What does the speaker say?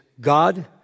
God